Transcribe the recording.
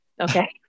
Okay